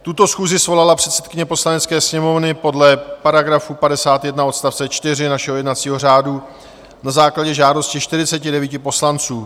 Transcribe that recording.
Tuto schůzi svolala předsedkyně Poslanecké sněmovny podle § 51 odst. 4 našeho jednacího řádu na základě žádosti 49 poslanců.